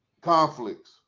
conflicts